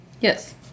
yes